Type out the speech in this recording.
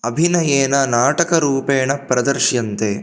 अभिनयेन नाटकरूपेण प्रदर्श्यन्ते